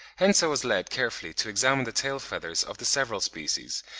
hence i was led carefully to examine the tail-feathers of the several species,